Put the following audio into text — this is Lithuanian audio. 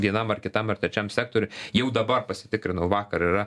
vienam ar kitam ar trečiam sektoriui jau dabar pasitikrinau vakar yra